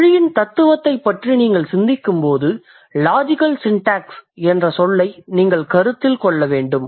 மொழியின் தத்துவத்தைப் பற்றி நீங்கள் சிந்திக்கும்போது 'லாஜிகல் சிண்டேக்ஸ்' என்ற சொல்லை நீங்கள் கருத்தில் கொள்ள வேண்டும்